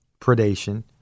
predation